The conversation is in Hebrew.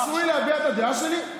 סליחה, אסור לי להביע את הדעה שלי?